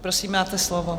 Prosím, máte slovo.